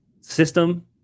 system